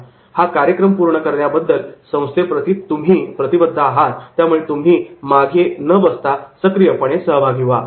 'हा कार्यक्रम पूर्ण करण्याबद्दल संस्थेप्रती तुम्ही प्रतिबद्ध आहात त्यामुळे तुम्ही मागे न बसता सक्रियपणे सहभागी व्हा